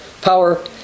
power